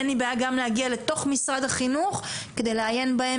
אין לי בעיה גם להגיע למשרד החינוך כדי לעיין בהם